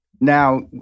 Now